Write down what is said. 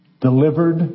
delivered